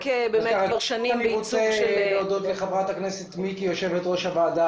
אני רוצה להודות ליושבת-ראש הוועדה